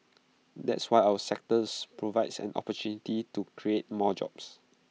that's why our sectors provides an opportunity to create more jobs